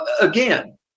Again